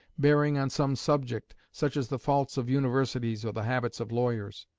bearing on some subject, such as the faults of universities or the habits of lawyers.